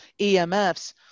EMFs